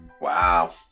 Wow